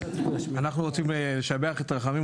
אנחנו רוצים לשבח את רחמים,